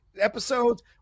episodes